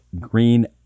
green